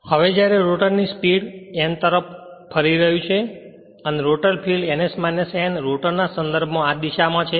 હવે જ્યારે rotor speed n પર ફરી રહ્યું છે અને rotor field ns n rotor ના સંદર્ભ માં આજ દિશા માં છે